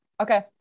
Okay